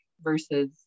versus